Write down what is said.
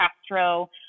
Castro